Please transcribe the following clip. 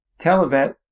TeleVet